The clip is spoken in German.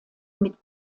mit